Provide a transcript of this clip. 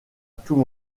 tout